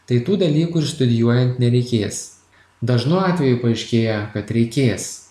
tai tų dalykų ir studijuojant nereikės dažnu atveju paaiškėja kad reikės